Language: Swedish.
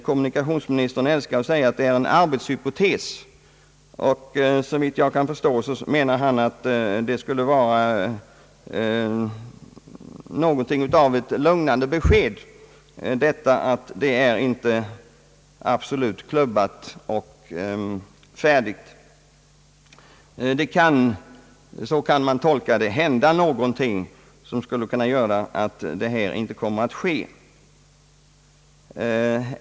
Kommunikationsministern älskar att säga att de är en arbetshypotes, och såvitt jag kan förstå menar han att det skulle vara något av ett lugnande besked att det inte är absolut klubbat och färdigt. Det kan, så kan man tolka det, hända någonting som skulle kunna göra att detta inte kommer att förverkligas.